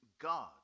God